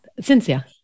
Cynthia